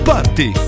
Party